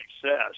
success